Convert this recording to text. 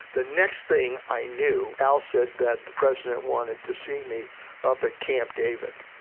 the next thing i knew, al said that the president wanted to see me up at camp david.